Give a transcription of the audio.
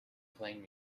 playing